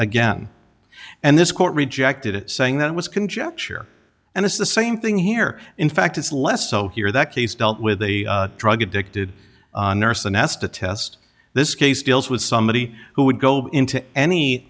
again and this court rejected it saying that it was conjecture and it's the same thing here in fact it's less so here that case dealt with a drug addicted nurse and asked to test this case deals with somebody who would go into any